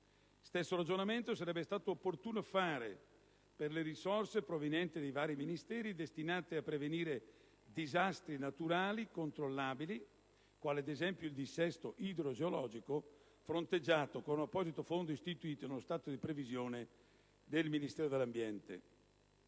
Stesso ragionamento sarebbe stato opportuno fare per le risorse provenienti dai vari Ministeri destinate a prevenire disastri naturali controllabili, quali ad esempio il dissesto idrogeologico, fronteggiato con apposito fondo istituito nello stato di previsione del Ministero dell'ambiente.